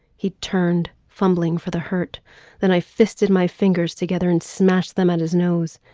he turned fumbling for the hurt then i fisted my fingers together and smash them at his nose.